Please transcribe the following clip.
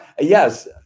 yes